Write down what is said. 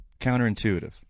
Counterintuitive